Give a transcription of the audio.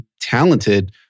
talented